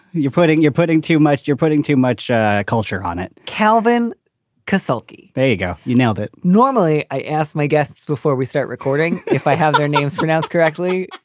you're putting you're putting too much you're putting too much culture on it calvin kazuki bago, you now that normally i ask my guests before we start recording if i have their names pronounced correctly,